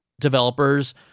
developers